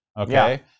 Okay